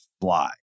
fly